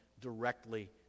directly